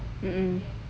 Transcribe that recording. mmhmm